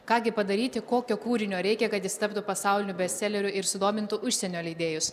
ką gi padaryti kokio kūrinio reikia kad jis taptų pasauliniu bestseleriu ir sudomintų užsienio leidėjus